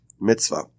mitzvah